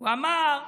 הוא אמר: